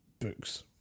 books